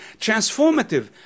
transformative